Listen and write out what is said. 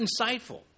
insightful